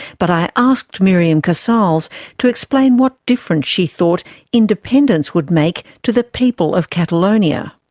but i asked miriam casals to explain what difference she thought independence would make to the people of catalonia.